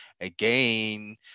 again